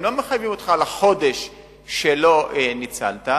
הם לא מחייבים אותך על החודש שלא ניצלת,